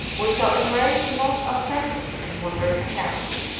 we shall embrace the most authentic and moderate account.